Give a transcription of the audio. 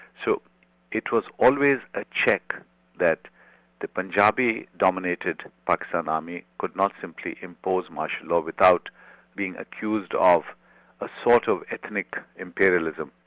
so it was always a check that the punjabi-dominated pakistan army could not simply impose martial law without being accused of a sort of ethnic imperialism.